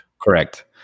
correct